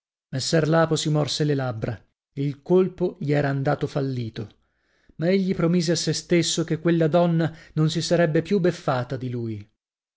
messer lapo si morse le labbra il colpo gli era andato fallito ma egli promise a sè stesso che quella donna non si sarebbe più oltre beffata di lui